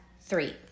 three